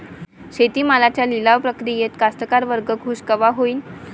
शेती मालाच्या लिलाव प्रक्रियेत कास्तकार वर्ग खूष कवा होईन?